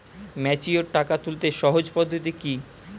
Mature টাকা তুলতে সহজ পদ্ধতি কি?